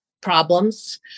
problems